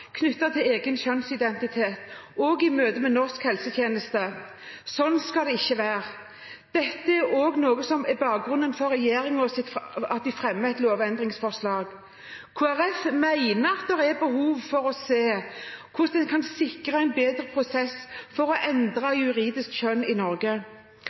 knyttet til egen kjønnsidentitet også i møte med norsk helsetjeneste. Slik skal det ikke være. Dette er noe av bakgrunnen for at regjeringen fremmer et lovendringsforslag. Kristelig Folkeparti mener at det er behov for å se på hvordan en kan sikre en bedre prosess for å endre juridisk kjønn i Norge.